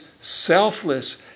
selfless